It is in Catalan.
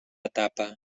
etapa